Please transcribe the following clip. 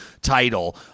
title